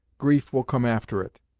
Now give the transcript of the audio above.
grief will come after it.